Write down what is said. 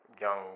young